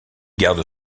garde